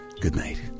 goodnight